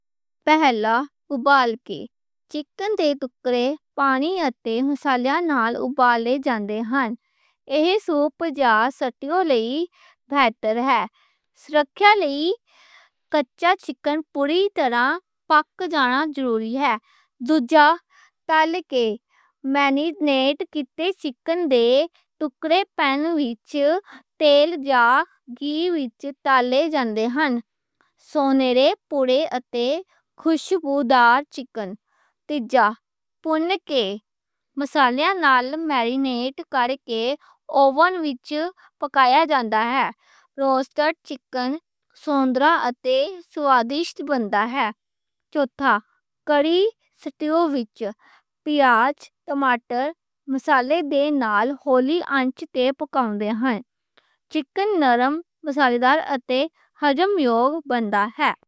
پہلا اُبال کے، چکن دے ٹکڑے پانی اتے مصالحے نال اُبالے جاندے ہن۔ ایہ سوپ یا سٹو لئی بہتر ہے۔ سرکھیا لئی کچا چکن پوری طرح پک جانا ضروری ہے۔ دوجا، تال کے، میرینیٹ کِتے چکن دے ٹکڑے پین وچ تیل یا گھی وچ تَلّے جاندے ہن۔ سونیرے پُورے اتے خوشبودار چکن۔ تِجا، بُن کے، مصالحیاں نال میرینیٹ کرکے اوون وچ پکایا جاندا ہے۔ روَسٹر چکن سوہندرا اتے سوادِشت بَن دا ہے۔ چوٹھا، کڑی سٹو وچ پیاز، ٹماٹر، مصالحے دے نال ہولی آنچ تے پکاوندے ہن۔ چکن نَرَم، مصالحے دار اتے ہضم یوگ بَن دا ہے۔